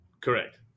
Correct